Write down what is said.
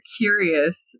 curious